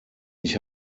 ich